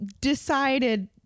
decided